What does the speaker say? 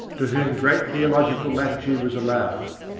to whom great theological latitude was allowed.